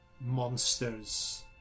monsters